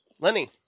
Lenny